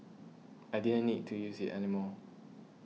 I didn't need to use it anymore